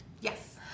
yes